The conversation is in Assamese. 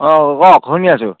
অঁ কওক শুনি আছোঁ